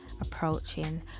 approaching